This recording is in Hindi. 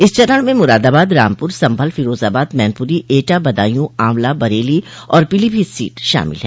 इस चरण में मुरादाबाद रामपुर संभल फिरोजाबाद मैनपुरी एटा बदायूं आंवला बरेली और पीलीभीत सीट शामिल है